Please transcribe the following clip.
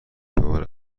بیمار